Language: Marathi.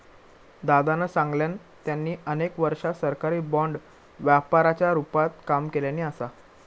दादानं सांगल्यान, त्यांनी अनेक वर्षा सरकारी बाँड व्यापाराच्या रूपात काम केल्यानी असा